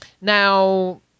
Now